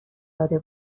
داده